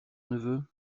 neveu